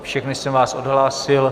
Všechny jsem vás odhlásil.